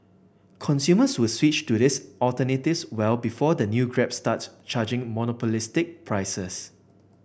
consumers will switch to these alternatives well before the new Grab starts charging monopolistic prices